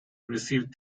receive